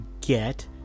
get